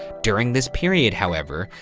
during this period however,